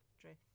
drift